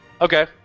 Okay